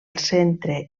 centre